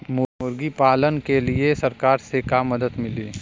मुर्गी पालन के लीए सरकार से का मदद मिली?